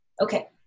Okay